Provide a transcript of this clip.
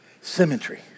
symmetry